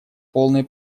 полной